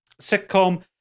sitcom